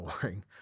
boring